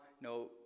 no